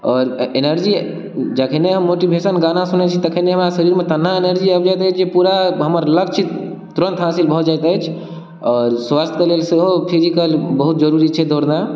आओर एनर्जी जखने हम मोटिभेशन गाना सुनै छी तखने हमरा शरीर मे तेना एनर्जी आबि जायत अछि जे पूरा हमर लक्ष्य तुरंत हासिल भऽ जायत अछि आओर स्वास्थ्य के लेल सेहो फिजिकल बहुत जरुरी छै दौड़नाइ